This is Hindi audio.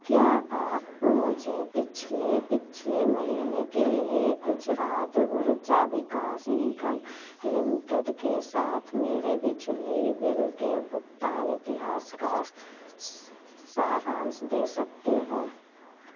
क्या आप मुझे पिछले पिछले महीने के लिए गुजरात ऊर्जा विकास निगम लिमिटेड के साथ मेरे बिजली बिल के भुगतान इतिहास का सारांश दे सकते हैं